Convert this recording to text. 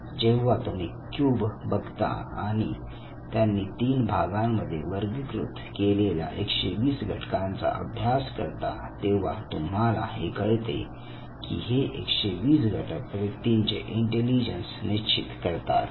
जेव्हा तुम्ही क्युब बघता आणि त्यांनी तीन भागांमध्ये वर्गीकृत केलेल्या 120 घटकांचा अभ्यास करता तेव्हा तुम्हाला हे कळते की हे 120 घटक व्यक्तीचे इंटेलिजन्स निश्चित करतात